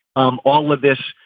um all of this.